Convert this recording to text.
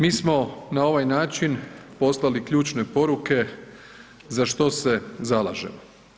Mi smo na ovaj način poslali ključne poruke za što se zalažemo.